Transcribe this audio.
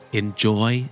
enjoy